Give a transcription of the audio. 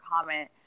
comment